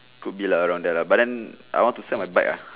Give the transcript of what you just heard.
could be lah around there but then I want to sell my bike ah